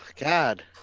God